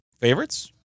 favorites